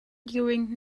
during